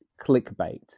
clickbait